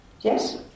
yes